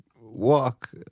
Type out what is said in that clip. walk